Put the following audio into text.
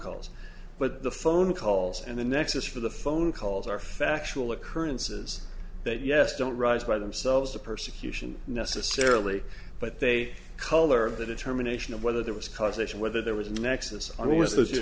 calls but the phone calls and the nexus for the phone calls are factual occurrences that yes don't rise by themselves the persecution necessarily but they color of the determination of whether there was causation whether there was a nexus